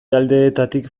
aldeetatik